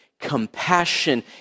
Compassion